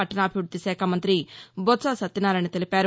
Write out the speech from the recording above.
పట్టణాభివృద్ది శాఖ మంతి బొత్స సత్యనారాయణ తెలిపారు